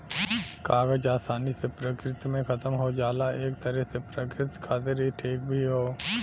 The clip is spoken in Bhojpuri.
कागज आसानी से प्रकृति में खतम हो जाला एक तरे से प्रकृति खातिर इ ठीक भी हौ